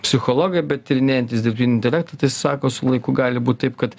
psichologai tyrinėjantys dirbtinį intelektą tai sako su laiku gali būt taip kad